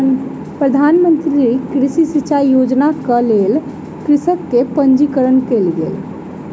प्रधान मंत्री कृषि सिचाई योजनाक लेल कृषकक पंजीकरण कयल गेल